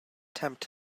tempt